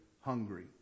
hungry